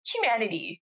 Humanity